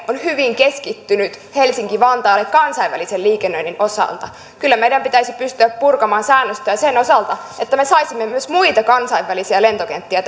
on hyvin keskittynyt helsinki vantaalle kansainvälisen liikennöinnin osalta kyllä meidän pitäisi pystyä purkamaan säännöstä sen osalta että me saisimme myös muita kansainvälisiä lentokenttiä